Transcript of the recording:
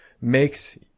makes